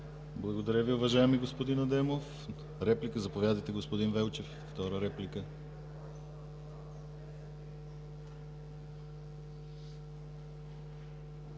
Благодаря Ви, уважаеми господин Адемов. Заповядайте, господин Велчев, за втора реплика.